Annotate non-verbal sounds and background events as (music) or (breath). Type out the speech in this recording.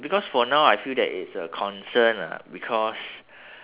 because for now I feel that it's a concern ah because (breath)